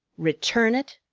return it?